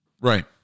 Right